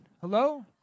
Hello